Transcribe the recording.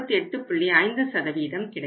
5 கிடைக்கும்